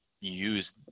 use